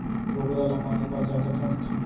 बोकरा ल मांस पर जादा पोसथें